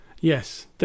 Yes